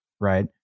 right